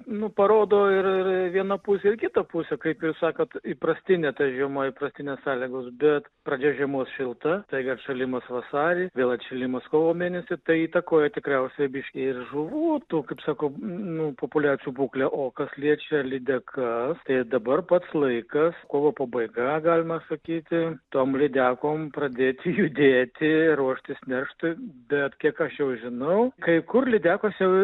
nu parodo ir ir vieną pusę ir kitą pusę kaip ir sakot įprastinė ta žiema įprastinės sąlygos bet pradžia žiemos šilta staiga atšalimas vasarį vėl atšilimas kovo mėnesį tai įtakoja tikriausiai biški ir žuvų tų kaip sakau nu populiacijų būklę o kas liečia lydekas tai dabar pats laikas kovo pabaiga galima sakyti tom lydekom pradėti judėti ir ruoštis nerštui bet kiek aš jau žinau kai kur lydekos jau